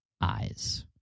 eyes